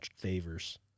favors